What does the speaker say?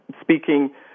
speaking